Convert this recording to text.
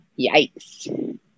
Yikes